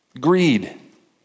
Greed